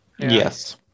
Yes